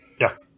Yes